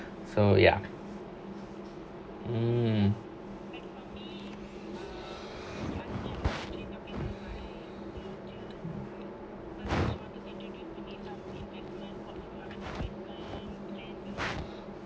so ya hmm